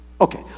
okay